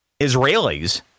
Israelis